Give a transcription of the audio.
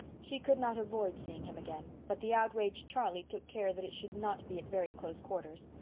she could not avoid seeing him again, but the outraged charlie took care that it should not be at very close quarters.